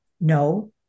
No